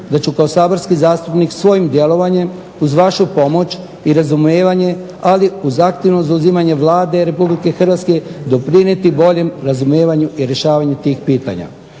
da ću kao saborski zastupnik svojim djelovanjem uz vašu pomoć i razumijevanje ali uz aktivno zauzimanje vlade Republike Hrvatske doprinijeti boljem razumijevanju i rješavanju tih pitanja.